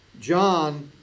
John